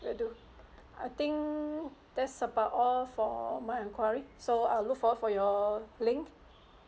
will do I think that's about all for my enquiry so I'll look forward for your link